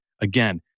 again